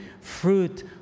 fruit